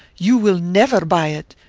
you will never buy it,